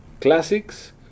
classics